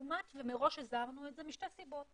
והוא הומת ומראש הזהרנו על זה משתי סיבות.